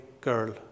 girl